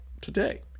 today